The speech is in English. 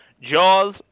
jaws